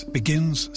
begins